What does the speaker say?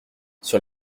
sur